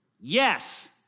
yes